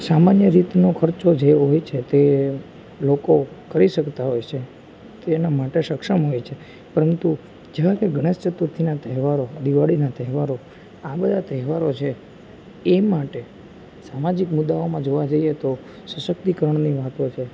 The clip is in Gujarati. સામાન્ય રીતનો ખર્ચો જે હોય છે તે લોકો કરી શકતા હોય છે તેના માટે સક્ષમ હોય છે પરંતુ જેવા કે ગણેશ ચતુર્થીના તહેવારો દિવાળીના તહેવારો આ બધા તહેવારો છે એ માટે સામાજિક મુદ્દાઓમાં જોવા જઈએ તો સશક્તિકરણની મહત્ત્વ છે